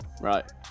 right